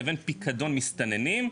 לבין פיקדון מסתננים,